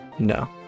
No